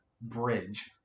bridge